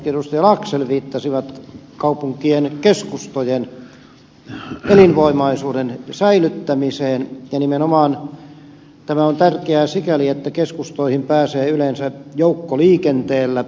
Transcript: laxell viittasivat kaupunkien keskustojen elinvoimaisuuden säilyttämiseen ja nimenomaan tämä on tärkeää sikäli että keskustoihin pääsee yleensä joukkoliikenteellä